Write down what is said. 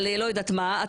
על לא יודעת מה,